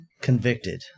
convicted